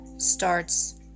starts